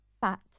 fat